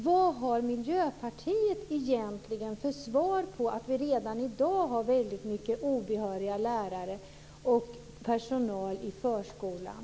Vad har egentligen Miljöpartiet för svar på vad som är anledningen till att vi redan i dag har väldigt mycket av obehöriga lärare och annan obehörig personal i förskolan?